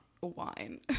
wine